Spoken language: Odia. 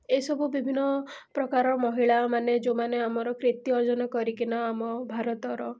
ଏସବୁ ବିଭିନ୍ନପ୍ରକାର ମହିଳାମାନେ ଯେଉଁମାନେ ଆମର କୀର୍ତ୍ତି ଅର୍ଜନ କରିକିନା ଆମ ଭାରତର